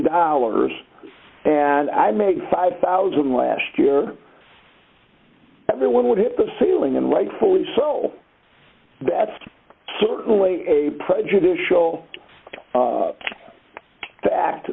dollars and i make five thousand last year everyone would hit the ceiling and rightfully so that's certainly a prejudicial the act